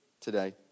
today